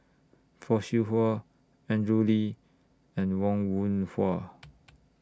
Fock Siew Wah Andrew Lee and Wong Wah